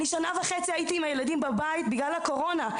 שנה וחצי הייתי עם הילדים בבית בגלל הקורנה.